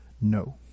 No